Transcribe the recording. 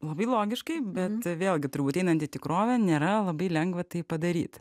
labai logiškai bet vėlgi turbūt einanti tikrovė nėra labai lengva tai padaryt